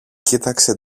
κοίταξε